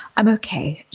i'm okay.